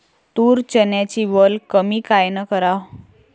तूर, चन्याची वल कमी कायनं कराव?